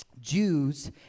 Jews